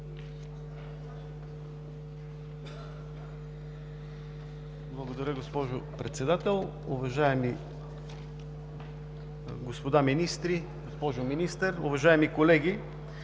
Благодаря Ви, госпожо Председател. Уважаеми господа министри, госпожо Министър, уважаеми колеги!